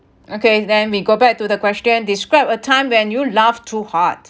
okay then we go back to the question describe a time when you laugh too hard